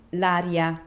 l'aria